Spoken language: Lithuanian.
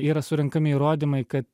yra surenkami įrodymai kad